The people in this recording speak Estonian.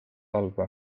halba